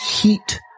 heat